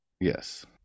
Yes